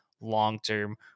long-term